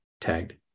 tagged